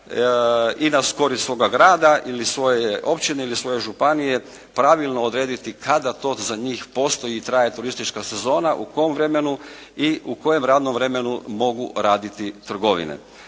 i na korist svoga grada ili svoje općine ili svoje županije pravilno odrediti kada to za njih postoji i traje turistička sezona, u kom vremenu i u kojem radnom vremenu mogu raditi trgovine.